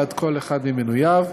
בעד כל אחד ממנוייו,